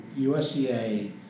USDA